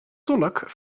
tolk